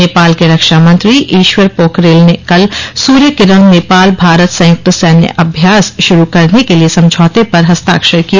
नेपाल के रक्षा मंत्री ईश्वर पोखरेल ने कल सूर्य किरण नेपाल भारत संयुक्त र्सेन्य अभ्यास शुरू करने के लिए समझौते पर हस्ताक्षर किए